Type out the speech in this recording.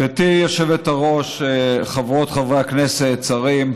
גברתי היושבת-ראש, חברות וחברי הכנסת, שרים,